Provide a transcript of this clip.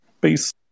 Peace